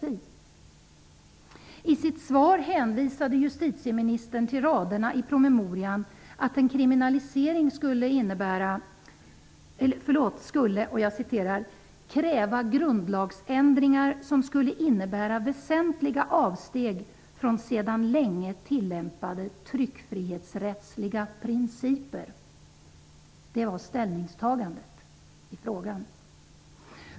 I sitt svar hänvisade justitieministern till raderna i promemorian om att en kriminalisering skulle ''kräva grundlagsändringar som skulle innebära väsentliga avsteg från sedan länge tillämpade tryckfrihetsrättsliga principer''. Det var ställningstagandet i frågan.